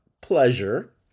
Pleasure